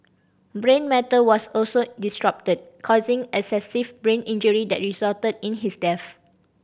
brain matter was also disrupted causing excessive brain injury that resulted in his death